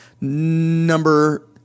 Number